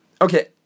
Okay